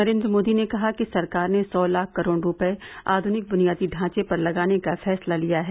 नरेन्द्र मोदी ने कहा कि सरकार ने सौ लाख करोड़ रुपये आधुनिक बुनियादी ढांचे पर लगाने का फैसला लिया है